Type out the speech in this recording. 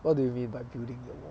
what do you mean by building the wall